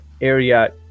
area